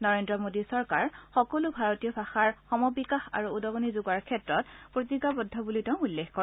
নৰেন্দ্ৰ মোডী চৰকাৰ সকলো ভাৰতীয় ভাষাৰ সমবিকাশ আৰু উদগণি যোগোৱাৰ ক্ষেত্ৰত প্ৰতিজ্ঞাবদ্ধ বুলিও তেওঁ উল্লেখ কৰে